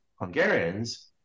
Hungarians